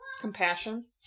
Compassion